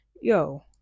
Yo